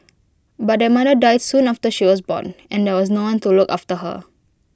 but their mother died soon after she was born and there was no one to look after her